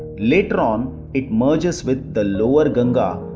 later on it merges with the lower ganga,